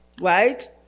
right